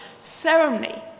ceremony